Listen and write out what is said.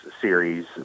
series